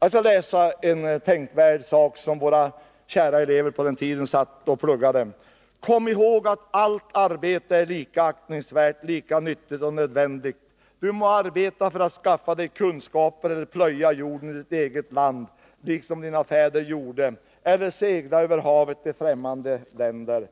Jag skall läsa en tänkvärd sak som våra kära elever på den tiden satt och pluggade: Kom ihåg att allt arbete är lika aktningsvärt, lika nyttigt och nödvändigt. Du må arbeta för att skaffa dig kunskaper eller plöja jorden i ditt eget land, liksom dina fäder gjorde, eller segla över havet till främmande länder.